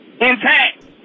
intact